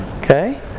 Okay